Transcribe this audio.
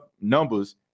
numbers